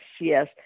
yes